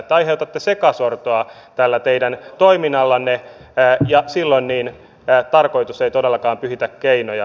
aiheutatte sekasortoa tällä teidän toiminnallanne ja silloin tarkoitus ei todellakaan pyhitä keinoja